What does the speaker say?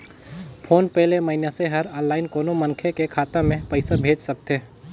phone पे ले मइनसे हर आनलाईन कोनो मनखे के खाता मे पइसा भेज सकथे